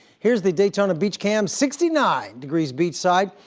here's the daytona beach cam. sixty nine degrees beach side.